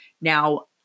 Now